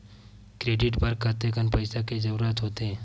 Credit बर कतेकन पईसा के जरूरत होथे?